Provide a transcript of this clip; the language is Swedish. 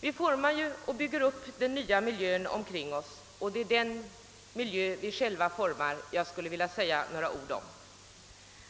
Vi formar och bygger upp den nya miljön omkring oss, och jag skulle vilja säga några ord om den.